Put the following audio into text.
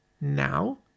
now